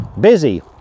busy